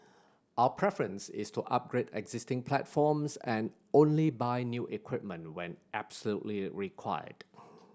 our preference is to upgrade existing platforms and only buy new equipment when absolutely required